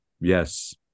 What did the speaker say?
Yes